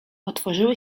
otworzyły